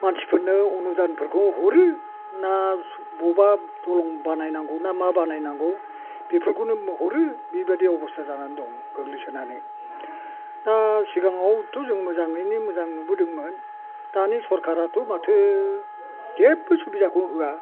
मानसिफोरनो अनुदानफोरखौ हरो ना बबेबा दालां बानायनांगौना मा बानायनांगौ बेफोरखौनो हरो बिबादि अबस्था जानानै दं गोलैसोनानै दा सिगाङावथ' जों मोजाङैनो मोजां नुबोदोंमोन दानि सरखारआथ' माथो जेबबो सुबिदाखौ होआ